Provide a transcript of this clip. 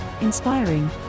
inspiring